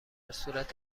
صورت